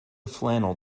flannel